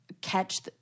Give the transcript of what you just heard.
catch